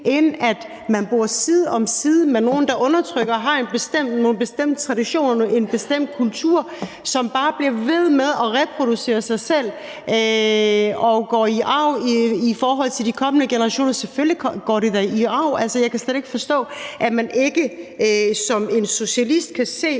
og at man ikke bor side om side med nogle, der undertrykker, og som har nogle bestemte traditioner, en bestemt kultur, som bare bliver ved med at reproducere sig selv og går i arv i forhold til de kommende generationer. Selvfølgelig går det da i arv. Altså, jeg kan slet ikke forstå, at man som socialist ikke kan se,